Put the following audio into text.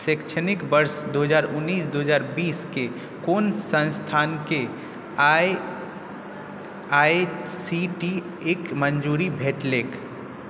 शैक्षणिक वर्ष दू हजार उन्नैस दू हजार बीसके कोन संस्थानकेँ A I C T E क मञ्जूरी भेटलैक